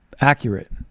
accurate